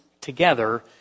together